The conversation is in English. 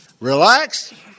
Relax